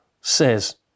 says